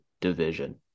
division